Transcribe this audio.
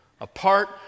apart